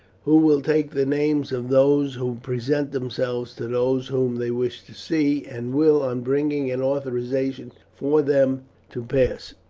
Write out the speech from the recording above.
who will take the names of those who present themselves to those whom they wish to see, and will, on bringing an authorization for them to pass,